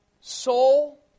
soul